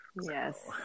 Yes